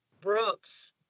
Brooks